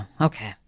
Okay